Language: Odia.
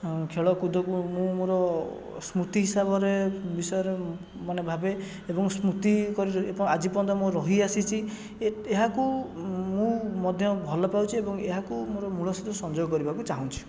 ଖେଳକୁଦକୁ ମୁଁ ମୋର ସ୍ମୃତି ହିସାବରେ ବିଷୟରେ ମାନେ ଭାବେ ଏବଂ ସ୍ମୃତି କରି ଆଜି ପର୍ଯ୍ୟନ୍ତ ମୁଁ ରହି ଆସିଛି ଏ ଏହାକୁ ମୁଁ ମଧ୍ୟ ଭଲ ପାଉଛି ଏବଂ ଏହାକୁ ମୋର ମୂଳ ସହିତ ସଂଯୋଗ କରିବାକୁ ଚାହୁଁଛି